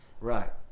right